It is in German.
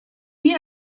wie